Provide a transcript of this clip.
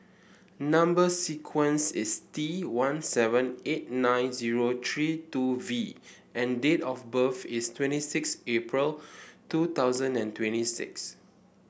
number sequence is T one seven eight nine zero three two V and date of birth is twenty six April two thousand and twenty six